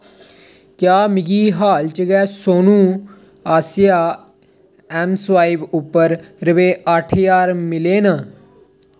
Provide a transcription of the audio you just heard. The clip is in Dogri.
क्या मिगी हाल च गै सोनू आस्सेआ ऐम्मस्वाइप उप्पर रपेऽ अट्ठ ज्हार मिले न